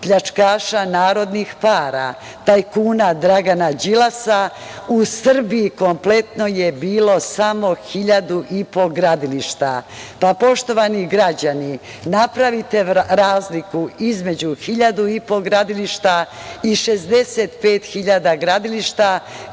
pljačkaša narodnih para, tajkuna Dragana Đilasa u Srbiji kompletno je bilo samo 1.500 gradilišta. Pa, poštovani građani, napravite razliku između 1.500 gradilišta i 65.000 gradilišta,